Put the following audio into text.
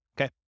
Okay